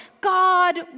God